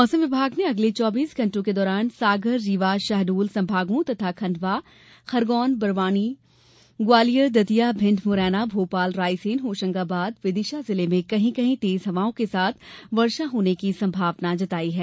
मौसम विभाग ने अगले चौबीस घंटों के दौरान सागर रीवा शहडोल संभागों तथा खंडवा खरगोन बड़वानी ग्वालियर दतिया भिंड मुरैना भोपाल रायसेन होशंगाबाद विदिशा जिले में कहीं कहीं तेज हवाओं के साथ वर्षा होने की संभावना जताई है